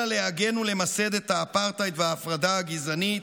להגן ולמסד את האפרטהייד וההפרדה הגזענית,